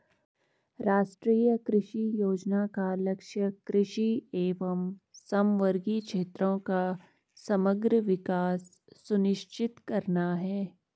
राष्ट्रीय कृषि योजना का लक्ष्य कृषि एवं समवर्गी क्षेत्रों का समग्र विकास सुनिश्चित करना है